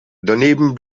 daneben